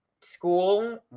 school